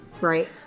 right